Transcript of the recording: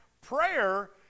prayer